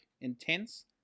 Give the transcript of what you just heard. intense